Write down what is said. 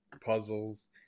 puzzles